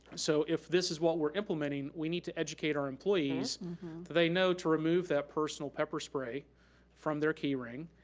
so if this is what we're implementing, we need to educate our employees that they know to remove that personal pepper spray from their key ring,